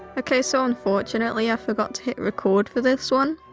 okay so unfortunately i forgot to hit record for this one,